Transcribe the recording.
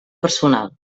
personal